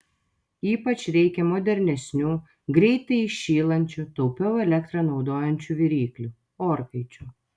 ypač reikia modernesnių greitai įšylančių taupiau elektrą naudojančių viryklių orkaičių